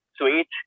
sweet